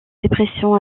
dépression